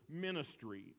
ministry